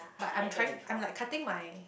but I am trying I am like cutting my